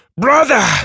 Brother